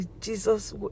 Jesus